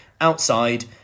outside